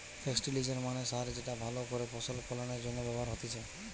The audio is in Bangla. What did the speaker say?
ফেস্টিলিজের মানে সার যেটা ভালো করে ফসল ফলনের জন্য ব্যবহার হতিছে